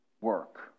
work